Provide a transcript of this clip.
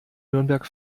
nürnberg